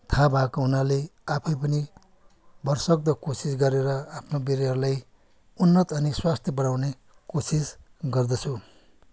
थाहा भएको हुनाले आफै पनि भरसक्दो कोसिस गरेर आफ्नो बिरुवालाई उन्नत अनि स्वास्थ्य बनाउने कोसिस गर्दछु